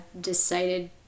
decided